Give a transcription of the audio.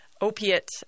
opiate